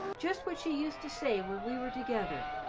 just what she used to say when we were together.